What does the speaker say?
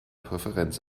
präferenz